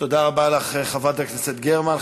תודה רבה לך, חברת הכנסת גרמן.